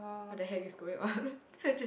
what the heck is going on then I just